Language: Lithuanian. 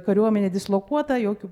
kariuomenė dislokuota jokių